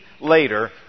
later